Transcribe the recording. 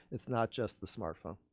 it's not just the smartphone.